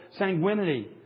sanguinity